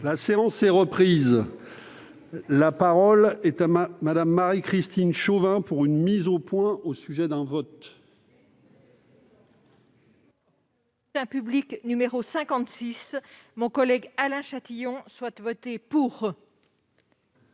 La séance est reprise. La parole est à Mme Marie-Christine Chauvin, pour une mise au point au sujet d'un vote.